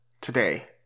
today